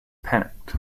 panicked